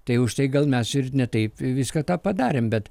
tai už tai gal mes ir ne taip viską tą padarėm bet